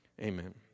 Amen